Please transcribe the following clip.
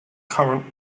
current